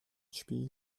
spiele